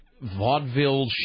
Vaudeville